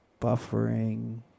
buffering